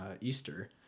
Easter